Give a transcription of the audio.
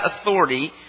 authority